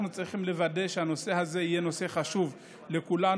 אנחנו צריכים לוודא שהנושא הזה יהיה נושא חשוב לכולנו,